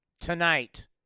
tonight